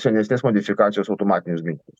senesnės modifikacijos automatinius ginklus